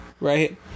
Right